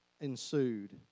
ensued